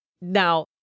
Now